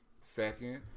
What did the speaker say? Second